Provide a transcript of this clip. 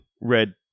red